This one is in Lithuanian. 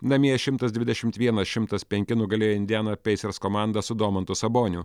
namie šimtas dvidešimt vienas šimtas penki nugalėjo indianos peisers komandą su domantu saboniu